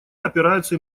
опираются